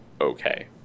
okay